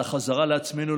על החזרה לעצמנו,